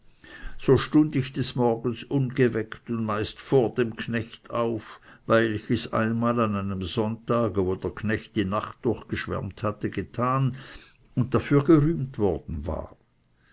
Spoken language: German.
so stund ich des morgens ungeweckt und meist vor dem knecht auf weil ich es einmal an einem sonntage wo der knecht die nacht durchgeschwärmt hatte getan und dafür gerühmt worden war